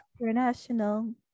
International